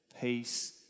peace